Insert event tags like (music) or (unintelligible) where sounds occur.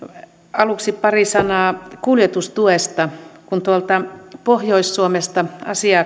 aluksi pari sanaa kuljetustuesta kun tuolta pohjois suomesta asiaa (unintelligible)